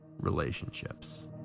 relationships